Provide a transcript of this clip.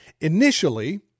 initially